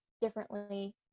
differently